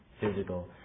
physical